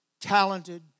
Talented